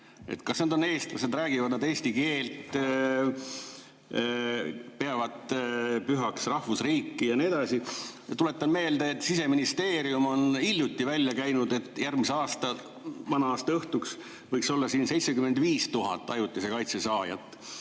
Kas nad on eestlased, räägivad nad eesti keelt, peavad pühaks rahvusriiki ja nii edasi? Tuletan meelde, et Siseministeerium on hiljuti välja käinud, et järgmise aasta vana-aastaõhtuks võib olla siin 75 000 ajutise kaitse saajat.